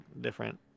different